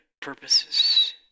purposes